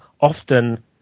often